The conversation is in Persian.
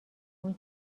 اون